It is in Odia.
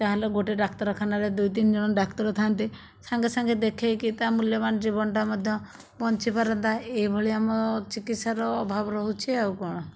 ତାହେଲେ ଗୋଟିଏ ଡାକ୍ତରଖାନାରେ ଦୁଇ ତିନି ଜଣ ଡାକ୍ତର ଥାନ୍ତେ ସାଙ୍ଗେ ସାଙ୍ଗେ ଦେଖେଇ କି ତା ମୂଲ୍ୟବାନ ଜୀବନଟା ମଧ୍ୟ ବଞ୍ଚି ପାରନ୍ତା ଏହିଭଳି ଆମ ଚିକିତ୍ସାର ଅଭାବ ରହୁଛି ଆଉ କଣ